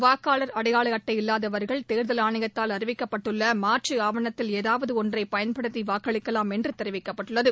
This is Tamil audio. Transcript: வாக்காளர் அடையாள அட்டை இல்லாதவர்கள் தேர்தல் ஆணையத்தால் அறிவிக்கப்பட்டுள்ளமாற்றுஆவணத்தில் ஏதாவதுஒன்றையன்படுத்திவாக்களிக்கலாம் என்றுதெரிவிக்கப்பட்டுள்ளது